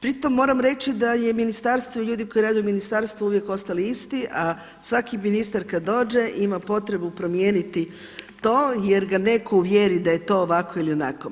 Pri tome moram reći da je ministarstvo i ljudi koji rade u ministarstvu uvijek ostali isti a svaki ministar koji dođe ima potrebu promijeniti to jer ga netko uvjeri da je to ovako ili onako.